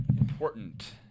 important